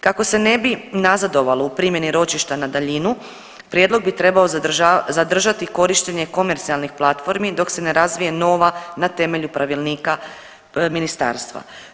Kako se ne bi nazadovalo u primjeni ročišta na daljinu, prijedlog bi trebao zadržati korištenje komercijalnih platformi dok se ne razvije nova na temelju pravilnika Ministarstva.